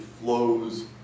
flows